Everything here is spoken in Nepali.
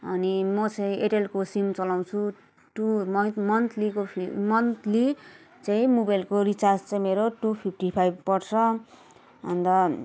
अनि म चाहिँ एयरटेलको सिम चलाउँछु टु मन्थ मन्थलीको फी मन्थली चाहिँ मोबाइलको रिचार्ज चाहिँ मेरो टु फिप्टी फाइभ पर्छ अन्त